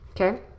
Okay